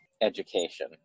education